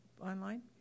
online